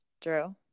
Drew